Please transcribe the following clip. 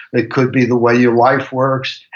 it could be the way your life works.